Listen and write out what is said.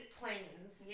planes